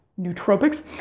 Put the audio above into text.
nootropics